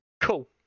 Cool